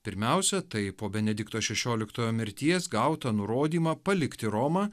pirmiausia tai po benedikto šešioliktojo mirties gautą nurodymą palikti romą